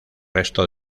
resto